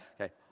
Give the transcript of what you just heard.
Okay